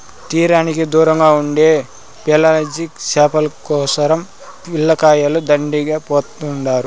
తీరానికి దూరంగా ఉండే పెలాజిక్ చేపల కోసరం పిల్లకాయలు దండిగా పోతుండారు